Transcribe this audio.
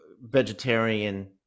vegetarian